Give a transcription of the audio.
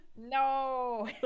No